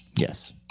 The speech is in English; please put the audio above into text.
Yes